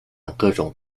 各种